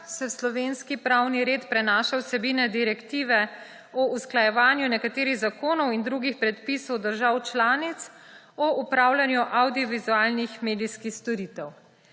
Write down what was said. se v slovenski pravni red prenaša vsebina Direktive o usklajevanju nekaterih zakonov in drugih predpisov držav članic o opravljanju avdiovizualnih medijskih storitev.